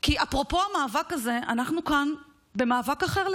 אפרופו המאבק הזה, אנחנו כאן במאבק אחר לגמרי.